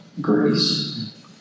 grace